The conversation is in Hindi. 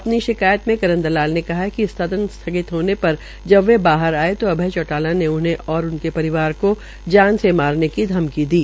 अपनी शिकायत में करण दलाल ने कहा कि सदन स्थगित होने पर जव वे बाहर आये तो अभय चोटाला ने उन्हें और उनके परिवार को जान से मारने का धमकी दी